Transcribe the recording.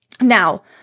Now